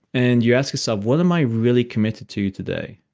and you ask yourself, what am i really committed to today?